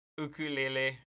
Ukulele